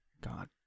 God